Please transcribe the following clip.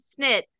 snit